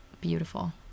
Beautiful